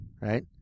right